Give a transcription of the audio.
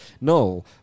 no